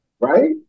Right